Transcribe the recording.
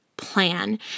Plan